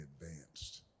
advanced